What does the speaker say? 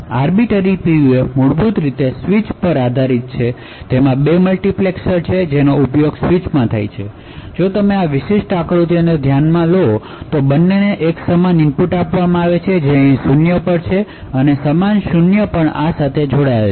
arbiter PUF મૂળભૂત રીતે switch પર આધારિત છે તેમાં 2 મલ્ટિપ્લેક્સર્સ છે જેનો ઉપયોગ સ્વીચ માં થાય છે જો તમે આ આકૃતિને ધ્યાનમાં લો તો બંનેને એક સમાન ઇનપુટ આપવામાં આવે છે જે અહીં 0 છે અને સમાન 0 અહી પણ છે